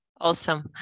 Awesome